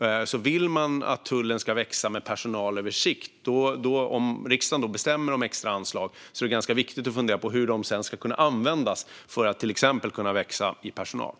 Om man vill att tullen ska växa med personal på sikt och om riksdagen beslutar om extra anslag är det ganska viktigt att fundera på hur anslagen sedan ska kunna användas för att till exempel utöka personalen.